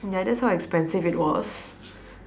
ya that's how expensive it was